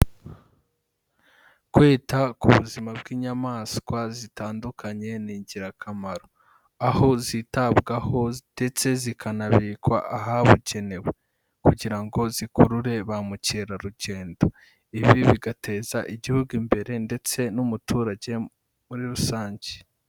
Kwita ku buzima bw'inyamaswa zitandukanye ni ingirakamaro, aho zitabwaho ndetse zikanabikwa ahabugenewe kugira ngo zikurure ba mukerarugendo, ibi bigateza igihugu imbere ndetse n'umuturage muri rusange.